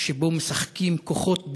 שבו משחקים כוחות בין-לאומיים,